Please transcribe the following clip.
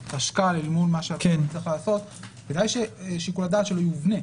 החשכ"ל, כדאי ששיקול הדעת שלו יובנה.